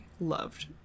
loved